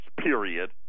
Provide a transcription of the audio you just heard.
period